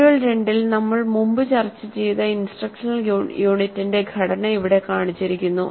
module 2 ൽ നമ്മൾ മുമ്പ് ചർച്ച ചെയ്ത ഇൻസ്ട്രക്ഷണൽ യൂണിറ്റിന്റെ ഘടന ഇവിടെ കാണിച്ചിരിക്കുന്നു